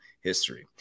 history